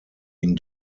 ihn